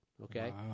Okay